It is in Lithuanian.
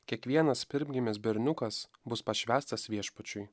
kiekvienas pirmgimis berniukas bus pašvęstas viešpačiui